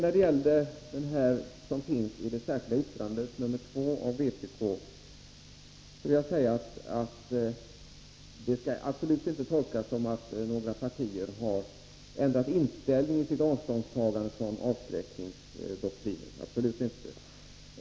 Beträffande vpk:s särskilda yttrande nr 2 vill jag säga att utskottets förslag absolut inte skall tolkas som att några partier har ändrat inställning i sitt avståndstagande när det gäller avskräckningsdoktrinen.